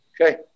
okay